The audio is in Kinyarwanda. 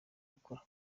gukora